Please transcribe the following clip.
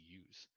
use